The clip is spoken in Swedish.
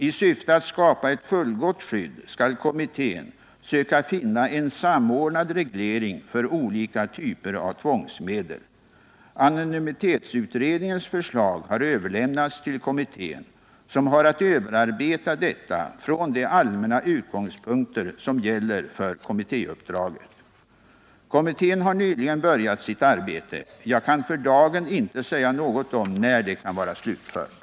I syfte att skapa ett fullgott skydd skall kommittén söka finna en samordnad reglering för olika typer av tvångsmedel. Anonymitetsutredningens förslag har överlämnats till kommittén, som har att överarbeta detta från de allmänna utgångspunkter som gäller för kommittéuppdraget. Kommittén har nyligen börjat sitt arbete. Jag kan för dagen inte säga något om när det kan vara slutfört.